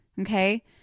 Okay